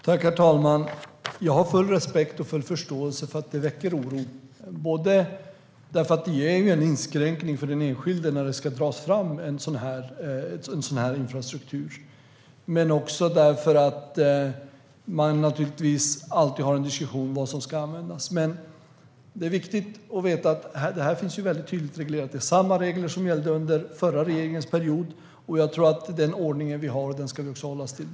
Herr talman! Jag har full respekt och full förståelse för att det väcker oro, eftersom det innebär en inskränkning för den enskilde när det ska dras fram en infrastruktur av den här typen. Man har naturligtvis också alltid en diskussion om hur denna ska användas. Men det är viktigt att veta att detta finns väldigt tydligt reglerat. Det var samma regler som gällde under den förra regeringens period. Det är den ordning som vi har, och den ska vi också hålla oss till.